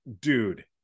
dude